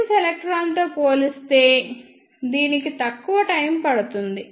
reference ఎలక్ట్రాన్తో పోలిస్తే దీనికి తక్కువ టైమ్ పడుతుంది